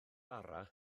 araf